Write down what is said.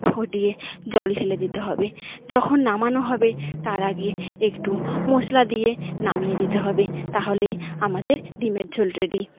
ফুটিয়ে জল ঢেলে দিতে হবে যখন নামানো হবে তার আগে একটু মশলা দিয়ে নামিয়ে দিতে হবে তাহলে আমাদের ডিমের ঝোল রেডি